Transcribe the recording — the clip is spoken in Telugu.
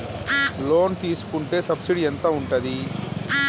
లోన్ తీసుకుంటే సబ్సిడీ ఎంత ఉంటది?